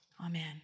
Amen